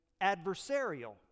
adversarial